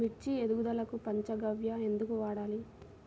మిర్చి ఎదుగుదలకు పంచ గవ్య ఎందుకు వాడాలి?